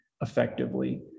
effectively